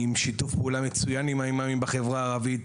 עם שיתוף פעולה מצוין עם האימאמים בחברה הערבית.